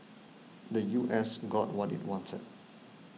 the U S got what it wanted